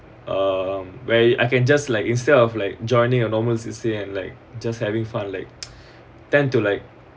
um where it I can just like instead of like joining a normal C_C_A like just having fun like tend to like